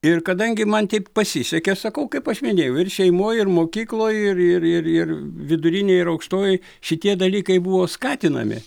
ir kadangi man taip pasisekė sakau kaip aš minėjau ir šeimoj ir mokykloj ir ir ir ir vidurinėj ir aukštojoj šitie dalykai buvo skatinami